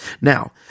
Now